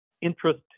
interest